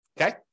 Okay